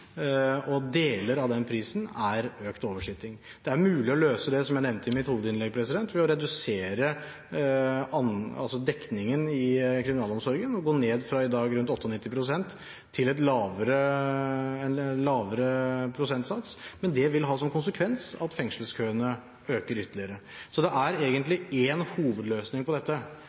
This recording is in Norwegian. og deler av den prisen er økt oversitting. Det er mulig å løse det, som jeg nevnte i mitt hovedinnlegg, ved å redusere dekningen i kriminalomsorgen og gå ned fra i dag, rundt 98 pst., til en lavere prosentsats, men det vil ha som konsekvens at fengselskøene øker ytterligere. Det er egentlig én hovedløsning på dette,